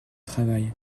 travail